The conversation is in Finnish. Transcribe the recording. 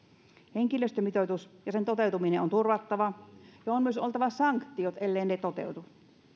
henkilöstömitoitus ja sen toteutuminen on turvattava ja on myös oltava sanktiot elleivät ne toteudu